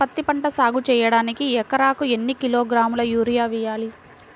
పత్తిపంట సాగు చేయడానికి ఎకరాలకు ఎన్ని కిలోగ్రాముల యూరియా వేయాలి?